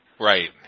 Right